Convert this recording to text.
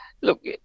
Look